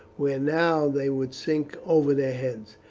where now they would sink over their heads.